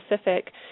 specific